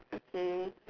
okay